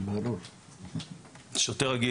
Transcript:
שוטר רגיל,